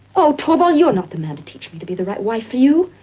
oh, torvald, you're not the man to teach me to be the right wife for you.